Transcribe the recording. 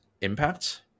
impact